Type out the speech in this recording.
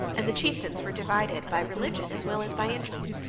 and the chieftains were divided by religion as well as by interest.